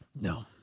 No